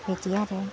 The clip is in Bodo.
बिदि आरो